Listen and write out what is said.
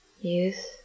youth